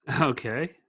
okay